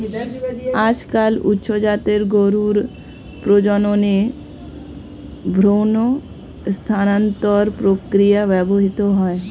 আজকাল উচ্চ জাতের গরুর প্রজননে ভ্রূণ স্থানান্তর প্রক্রিয়া ব্যবহৃত হচ্ছে